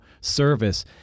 service